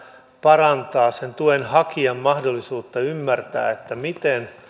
parantaa sen tuen hakijan mahdollisuutta ymmärtää miten